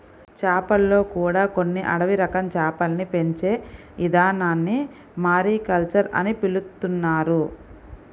చేపల్లో కూడా కొన్ని అడవి రకం చేపల్ని పెంచే ఇదానాన్ని మారికల్చర్ అని పిలుత్తున్నారు